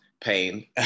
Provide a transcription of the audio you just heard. pain